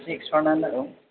एसे